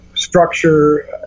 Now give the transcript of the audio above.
Structure